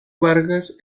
vargas